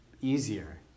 easier